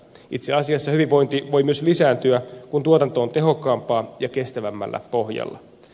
itse asiassa hyvinvointi voi myös lisääntyä kun tuotanto on tehokkaampaa ja kestävämmällä pohjalla